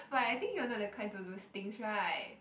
but I think you're not that kind to lose things right